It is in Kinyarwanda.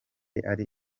ari